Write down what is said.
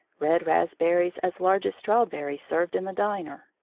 red raspberries as large as strawberries served in the diner,